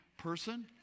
person